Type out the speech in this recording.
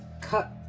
cut